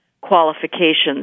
qualifications